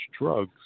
drugs